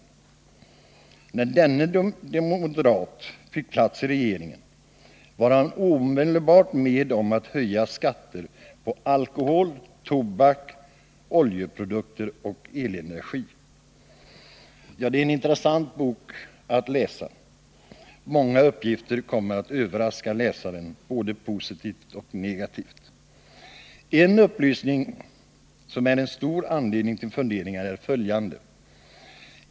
När denne moderat fick plats i regeringen var han omedelbart med om att höja skatter på alkohol, tobak, oljeprodukter och elenergi. Ja, det är en intressant bok att läsa. Många uppgifter kommer att överraska läsaren, både positivt och negativt. En upplysning som ger stor anledning till funderingar är följande.